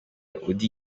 auddy